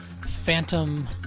phantom